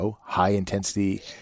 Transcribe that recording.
high-intensity